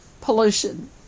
pollution